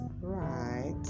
Right